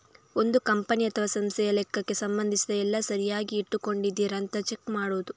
ಒಂದು ಕಂಪನಿ ಅಥವಾ ಸಂಸ್ಥೆಯ ಲೆಕ್ಕಕ್ಕೆ ಸಂಬಂಧಿಸಿದ ಎಲ್ಲ ಸರಿಯಾಗಿ ಇಟ್ಕೊಂಡಿದರಾ ಅಂತ ಚೆಕ್ ಮಾಡುದು